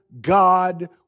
God